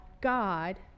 God